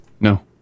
No